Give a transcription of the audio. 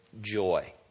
joy